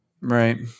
Right